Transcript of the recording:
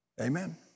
Amen